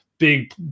big